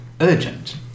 urgent